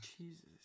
jesus